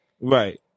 right